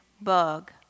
Bug